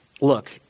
Look